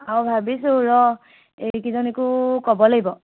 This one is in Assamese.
আৰু ভাবিছোঁ ৰ এইকেইজনীকো ক'ব লাগিব